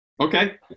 Okay